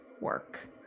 work